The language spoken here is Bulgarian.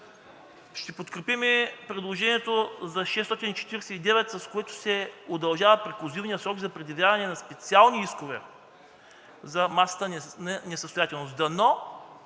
Ще подкрепим предложението за чл. 649, с който се удължава преклузивният срок за предявяване на специални искове за масата на несъстоятелност.